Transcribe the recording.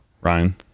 Ryan